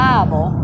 Bible